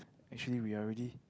actually we are already